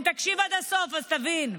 די, מספיק.